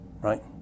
Right